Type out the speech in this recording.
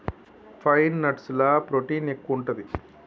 pine nuts ల protein ఎక్కువు ఉంటది